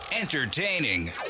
Entertaining